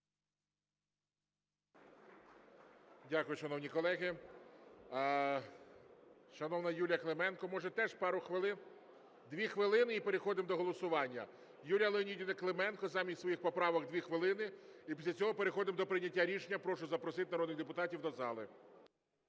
Дякую, шановні колеги. Шановна Юлія Клименко, може, теж пару хвилин? Дві хвилини і переходимо до голосування. Юлія Леонідівна Клименко замість своїх поправок – 2 хвилин. І після цього переходимо до прийняття рішення, прошу запросити народних депутатів до зали.